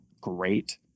great